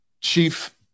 chief